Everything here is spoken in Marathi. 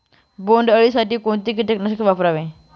बोंडअळी साठी कोणते किटकनाशक वापरावे?